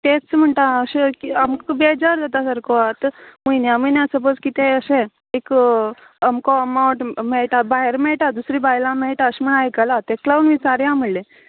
तेंच म्हणटा हांव अशें आमकां बेजार जाता सारको आतां म्हयन्या म्हयन्या सपोज कितें अशें एक आमको अमांउट भायर मेळटां दुसऱ्या बायलांक मेळटां अशें म्हण आयकलां तेका लागून विचारया म्हणलें